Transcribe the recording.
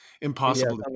impossible